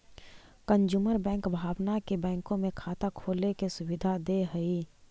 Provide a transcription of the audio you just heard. consumer bank भावना के बैंकों में खाता खोले के सुविधा दे हइ